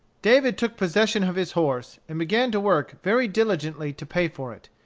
david took possession of his horse, and began to work very diligently to pay for it.